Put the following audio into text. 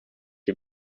die